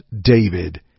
David